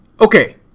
okay